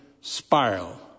spiral